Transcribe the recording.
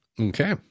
Okay